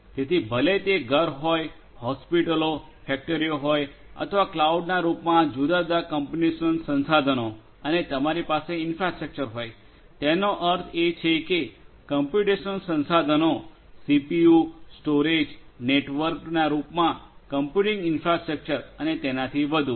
તેથી ભલે તે ઘર હોય હોસ્પિટલો ફેક્ટરીઓ હોય અથવા ક્લાઉડના રૂપમાં જુદા જુદા કોમ્પ્યુટેશનલ સંસાધનો અને તમારી પાસે ઇન્ફ્રાસ્ટ્રક્ચર હોય તેનો અર્થ એ છે કે કોમ્પ્યુટેશનલ સંસાધનો સીપીયુ સ્ટોરેજ નેટવર્ક રૂપમાં કમ્પ્યુટિંગ ઇન્ફ્રાસ્ટ્રક્ચર અને એનાથી વધુ